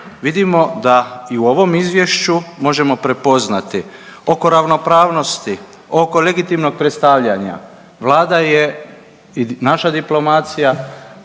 vidimo da i u ovom izvješću možemo prepoznati oko ravnopravnosti, oko legitimnog predstavljanja vlada je i naša diplomacija